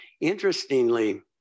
Interestingly